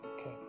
Okay